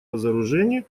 разоружению